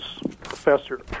professor